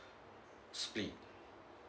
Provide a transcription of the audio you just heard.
split